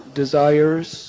desires